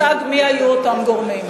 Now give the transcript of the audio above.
ואין לי מושג מי היו אותם גורמים.